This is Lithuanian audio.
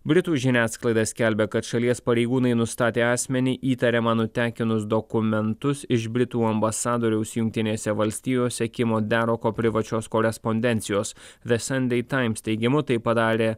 britų žiniasklaida skelbia kad šalies pareigūnai nustatė asmenį įtariamą nutekinus dokumentus iš britų ambasadoriaus jungtinėse valstijose kimo deroko privačios korespondencijos ve sandei taims teigimu tai padarė